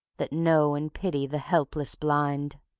that know and pity the helpless blind!